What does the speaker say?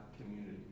community